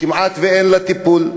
כמעט אין לה טיפול,